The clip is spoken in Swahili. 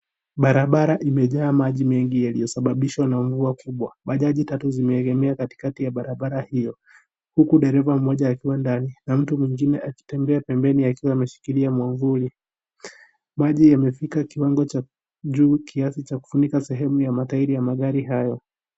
Barabara imejaa maji mengi yaliyosababishwa na mvua kubwa. Bajaji tatu zimeegemea katikati ya barabara hiyo huku dereva mmoja akiwa ndani na mtu mwingine akitembea pembeni akiwa ameshikilia mwavuli. Maji yamefika kiwango cha juu kiasi cha kufunika sehemu ya matairi ya magari hayo.